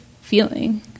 feeling